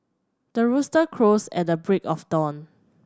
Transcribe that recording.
the rooster crows at the break of dawn